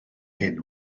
hyn